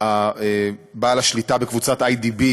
בעל השליטה בקבוצת איי.די.בי.,